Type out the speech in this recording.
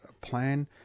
plan